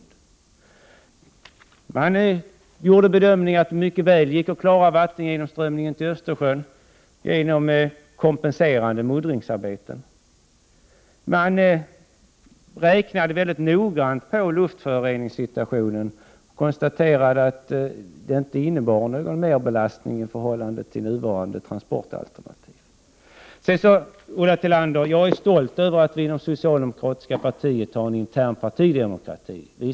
Där gjordes den bedömningen att det mycket väl gick att klara vattengenomströmningen till Östersjön genom kompenserande muddringsarbeten. Man räknade mycket noggrant på luftföroreningssituationen och konstaterade att en bro inte innebar någon merbelastning i förhållande till nuvarande transportalternativ. Jag är stolt över att vi inom det socialdemokratiska partiet har en intern partidemokrati, Ulla Tillander.